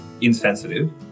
insensitive